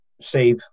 save